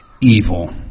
Evil